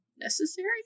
necessary